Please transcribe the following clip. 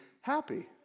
happy